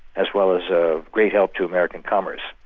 as well as a great help to american commerce.